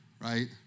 right